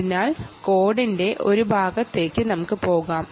അതിനാൽ കോഡിന്റെ ആ ഭാഗം നമുക്ക് നോക്കാം